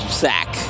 sack